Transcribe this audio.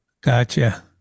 Gotcha